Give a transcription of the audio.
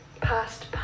Past